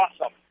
Awesome